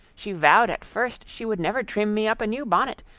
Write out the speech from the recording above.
she vowed at first she would never trim me up a new bonnet,